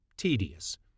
Tedious